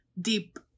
deep